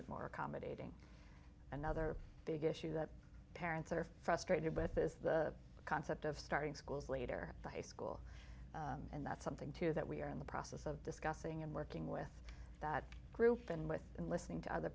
it more accommodating another big issue that parents are frustrated with is the concept of starting schools later the high school and that's something to that we are in the process of discussing and working with that group and with and listening to other